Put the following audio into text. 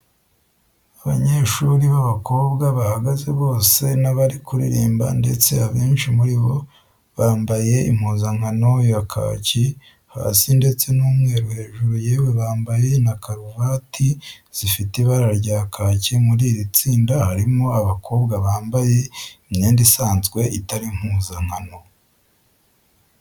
Abanyeshuri b'abakobwa bahagaze basa n'abari kuririmba ndeste abenshi muri bo bampaye impuzankano ya kaki hasi ndetse n'umweru hejuru yewe bambaye na kurvati zifite ibara rya kaki. Muri iri tsinda harimo abakobwa bambaye imyenda isanzwe itari impuzankano.